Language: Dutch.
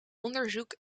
onderzoek